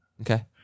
Okay